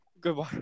goodbye